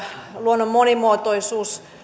luonnon monimuotoisuus